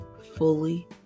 fully